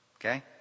Okay